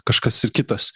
kažkas ir kitas